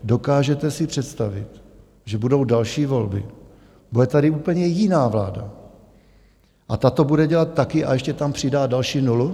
Dokážete si představit, že budou další volby, bude tady úplně jiná vláda a ta to bude dělat taky a ještě tam přidá další nulu?